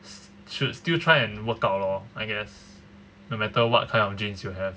should still try and workout lor I guess no matter what kind of genes you have